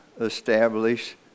establish